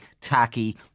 tacky